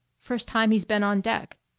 first time he's been on deck.